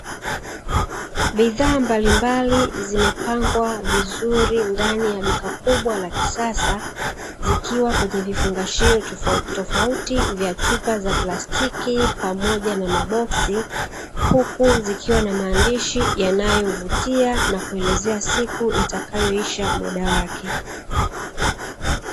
Bidhaa mbalimbali zimepangwa vizuri ndani ya duka kubwa la kisasa zikiwa kwenye vifungashio tofauti tofauti vya chupa za plastiki pamoja na maboksi huku zikiwa na maadishi yanayovutia na kuelezea siku itakayoisha muda wake.